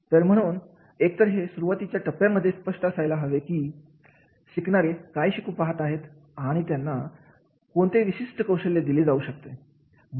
तर म्हणून एकतर हे सुरुवातीच्या टप्प्यामध्ये स्पष्ट असायला हवे की शिकणारे काय शिकू पाहत आहेत आणि आणि त्यांना कोणते विशिष्ट कौशल्य दिले जाऊ शकतात